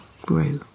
grew